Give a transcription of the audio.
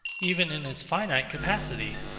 even in his finite capacity,